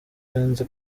yanze